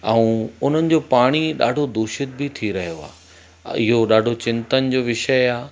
ऐं उन्हनि जो पाणी ॾाढो दूषित बि थी रहियो आहे इहो ॾाढो चिंतन जो विषय आहे